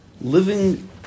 living